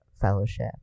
fellowship